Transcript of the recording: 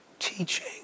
Teaching